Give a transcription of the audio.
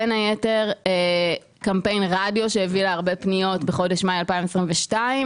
בין היתר קמפיין רדיו שהביא להרבה פניות בחודש מאי 2022,